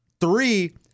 Three